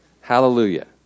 Hallelujah